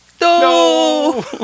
No